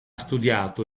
studiato